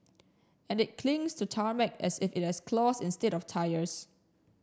and it clings to tarmac as if it has claws instead of tyres